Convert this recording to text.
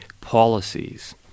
policies